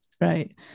Right